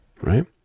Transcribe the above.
right